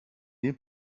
dem